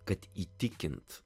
kad įtikint